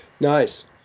Nice